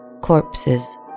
Corpses